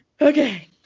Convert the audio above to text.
Okay